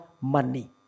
money